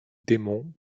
démons